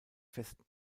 festen